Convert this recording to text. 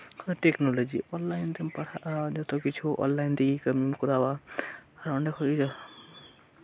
technology online ᱛᱮᱢ ᱯᱟᱲᱦᱟᱜᱼᱟ ᱡᱷᱚᱛᱚ ᱠᱤᱪᱷᱩ ᱚᱱᱞᱟᱭᱤᱱ ᱛᱮᱜᱮ ᱠᱟᱹᱢᱤᱢ ᱠᱚᱨᱟᱣᱟ ᱟᱨ ᱚᱱᱰᱮ ᱠᱷᱚᱡ ᱜᱮ